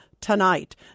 tonight